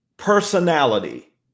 personality